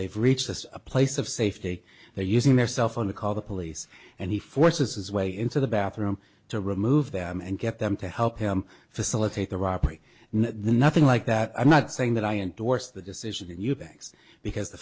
they've reached a place of safety they're using their cell phone to call the police and he forces his way into the bathroom to remove them and get them to help him facilitate the robbery nothing like that i'm not saying that i endorse the decision in eubanks because the